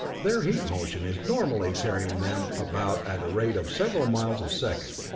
their heat motion is normally carrying them about at a rate of several miles a second,